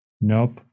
Nope